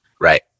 Right